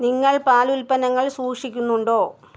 നിങ്ങൾ പാൽ ഉൽപ്പന്നങ്ങൾ സൂക്ഷിക്കുന്നുണ്ടോ